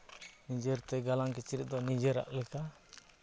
ᱱᱤᱡᱮᱨ ᱛᱮ ᱜᱟᱞᱟᱝ ᱠᱤᱪᱨᱤᱡᱽ ᱫᱚ ᱱᱤᱡᱮᱨᱟᱜ ᱞᱮᱠᱟ